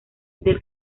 del